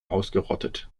ausgerottet